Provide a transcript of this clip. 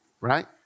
Right